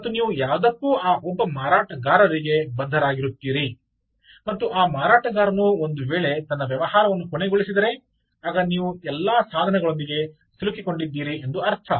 ಮತ್ತು ನೀವು ಯಾವುದಕ್ಕೂ ಆ ಒಬ್ಬ ಮಾರಾಟಗಾರರಿಗೆ ಬದ್ಧರಾಗಿರುತ್ತೀರಿ ಮತ್ತು ಆ ಮಾರಾಟಗಾರನು ಒಂದು ವೇಳೆ ತನ್ನ ವ್ಯವಹಾರವನ್ನು ಕೊನೆಗೊಳಿಸಿದರೆ ಆಗ ನೀವು ಎಲ್ಲಾ ಸಾಧನಗಳೊಂದಿಗೆ ಸಿಲುಕಿಕೊಂಡಿದ್ದೀರಿ ಎಂದು ಅರ್ಥ